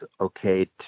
okay